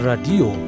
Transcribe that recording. Radio